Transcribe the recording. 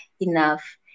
enough